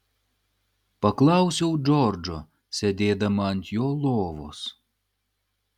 paklausiau džordžo sėdėdama ant jo lovos